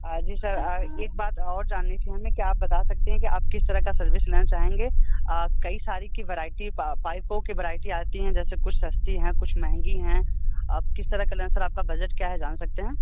हा जी सर एक बात और जाननी थी हमें क्या आप बता सकते हैं कि आप किस तरह का सर्विस लेना चाहेंगे कई सारी की वैराइटी पाइपों की वैराइटी आती हैं जैसे कुछ सस्ती हैं कुछ महंगी हैं आप किस तरह का लेना सर आपका बजट क्या है जान सकते हैं